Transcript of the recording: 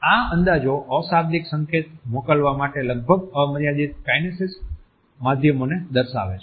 આ અંદાજો અશાબ્દિક સંકેત મોકલવા માટે લગભગ અમર્યાદિત કાઈનેસીક્સ માધ્યમોને દર્શાવે છે